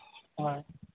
ᱦᱳᱭ